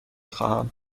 خواهم